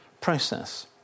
process